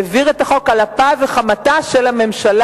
העביר את החוק על אפה וחמתה של הממשלה,